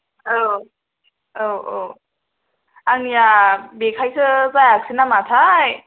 औ औ औ आंनिया बेखायसो जायासै ना माथाय